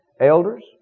Elders